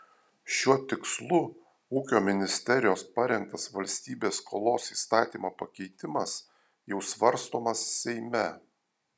šiuo tikslu ūkio ministerijos parengtas valstybės skolos įstatymo pakeitimas jau svarstomas seime